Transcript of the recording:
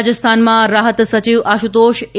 રાજસ્થાનમાં રાહત સચિવ આશુતોષ એ